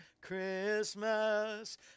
Christmas